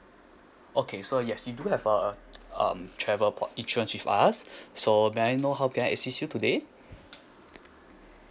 okay so yes you do have uh are um travel pol~ insurance with us so may I know how can I assist you today